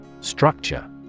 Structure